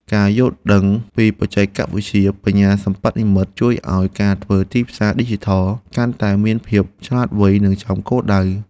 ការយល់ដឹងពីបច្ចេកវិទ្យាបញ្ញាសិប្បនិម្មិតជួយឱ្យការធ្វើទីផ្សារឌីជីថលកាន់តែមានភាពឆ្លាតវៃនិងចំគោលដៅ។